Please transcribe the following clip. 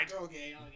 okay